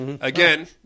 again